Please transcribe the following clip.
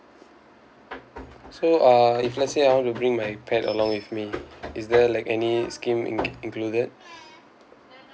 so uh if let's say I want to bring my pet along with me is there like any scheme in~ included